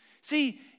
See